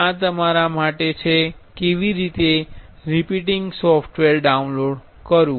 આ તમારા માટે છે કે કેવી રીતે રિપીટર સોફ્ટવેરને ડાઉનલોડ કરવું